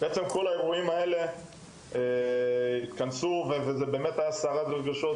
אז כל הגורמים האלה הובילו לסערת רגשות,